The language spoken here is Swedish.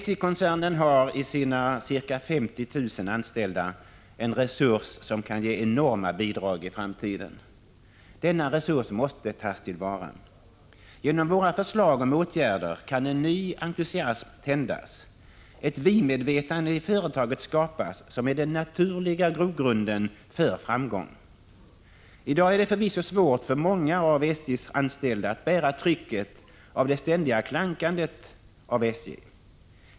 SJ-koncernen har i sina ca 50 000 anställda en resurs som kan ge enorma bidrag i framtiden. Denna resurs måste tas till vara. Genom våra förslag om åtgärder kan en ny entusiasm tändas, ett vi-medvetande i företaget skapas, som är den naturliga grogrunden för framgång. I dag är det förvisso svårt för många av SJ:s anställda att bära trycket av det ständiga klankandet på SJ.